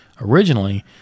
Originally